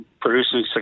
producing